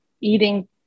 eating